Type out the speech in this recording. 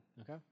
Okay